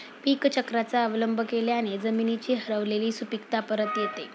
पीकचक्राचा अवलंब केल्याने जमिनीची हरवलेली सुपीकता परत येते